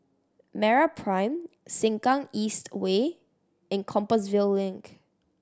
MeraPrime Sengkang East Way and Compassvale Link